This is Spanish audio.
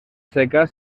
secas